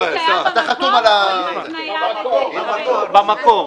אתה חתום על --- אז כמו שזה היה במקור או --- במקור.